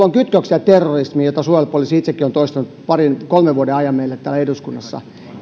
on kytköksiä terrorismiin mitä suojelupoliisi itsekin on toistanut parin kolmen vuoden ajan meille täällä eduskunnassa